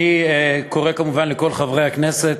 אני קורא כמובן לכל חברי הכנסת